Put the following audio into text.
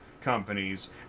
companies